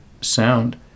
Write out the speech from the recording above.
sound